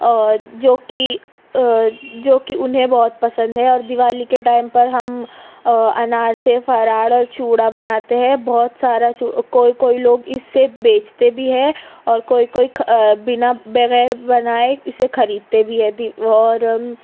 اور جو کہ جو کی انہیں بہت پسند ہے اور دیوالی کے ٹائم پر ہم انار سے فراڑ اور چوڑا بناتے ہیں بہت سارا چو کوئی کوئی لوگ اسے بیچتے بھی ہیں اور کوئی کوئی کھ بنا بغیر بنائے اسے خریدتے بھی ہے دی اور